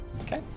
Okay